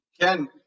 ken